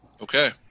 Okay